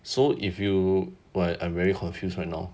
so if you wait I'm very confused right now